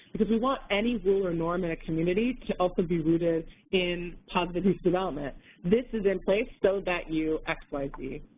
because we want any rule or norm in a community to also be rooted in positive youth development this is in place so that you x, y, z.